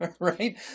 Right